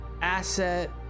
asset